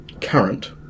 current